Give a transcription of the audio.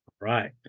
right